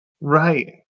Right